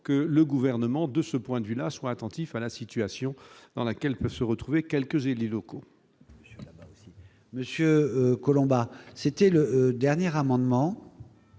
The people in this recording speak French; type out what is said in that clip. que le gouvernement de ce point de vue-là sont attentifs à la situation dans laquelle se retrouver quelques élus locaux. Monsieur Colomba : c'était le dernier amendement